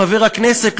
חבר הכנסת,